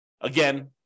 Again